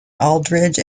aldridge